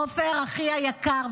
עופר אחי היקר,